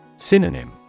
Synonym